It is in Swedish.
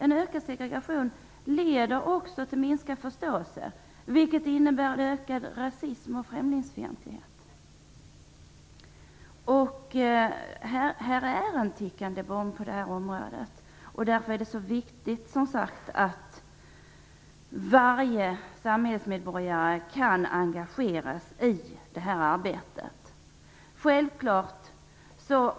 En ökad segregation leder också till minskad förståelse. Det innebär en ökad rasism och främlingsfientlighet. Det finns en tickande bomb på det här området. Därför är det så viktigt att varje samhällsmedborgare kan engageras i det här arbetet.